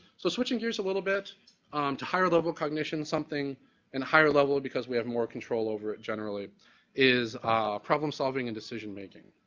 so, switching gears a little bit um to higher level cognition something and higher level because we have more control over it generally is problem solving and decision making.